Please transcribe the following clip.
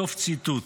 סוף ציטוט.